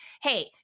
hey